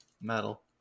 metal